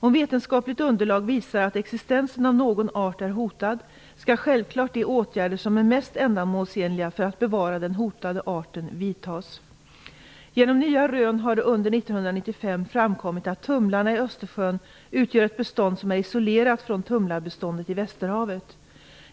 Om vetenskapligt underlag visar att existensen av någon art är hotad skall självklart de åtgärder som är mest ändamålsenliga för att bevara den hotade arten vidtas. Genom nya rön har det under 1995 framkommit att tumlarna i Östersjön utgör ett bestånd som är isolerat från tumlarbeståndet i Västerhavet.